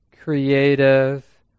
creative